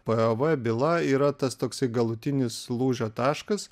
pov byla yra tas toksai galutinis lūžio taškas